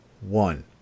one